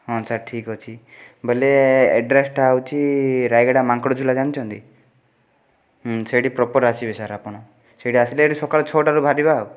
ହଁ ସାର୍ ଠିକ୍ ଅଛି ବୋଲେ ଆଡ଼୍ରେସ୍ଟା ହେଉଛି ରାୟଗଡ଼ା ମାଙ୍କଡ଼ ଝୁଲା ଜାଣିଛନ୍ତି ହୁଁ ସେଇଠି ପ୍ରପର୍ ଆସିବେ ସାର୍ ଆପଣ ସେଇଠି ଆସିଲେ ଏଠି ସକାଳୁ ଛଅଟାରୁ ବାହାରିବା